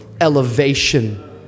elevation